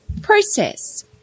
process